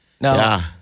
No